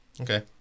Okay